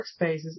workspaces